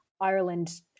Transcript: Ireland